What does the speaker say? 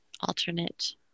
alternate